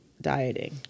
dieting